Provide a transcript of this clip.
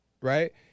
Right